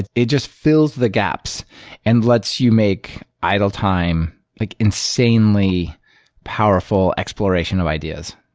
it it just fills the gaps and lets you make idle time like insanely powerful exploration of ideas.